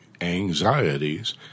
anxieties